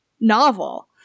novel